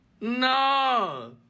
No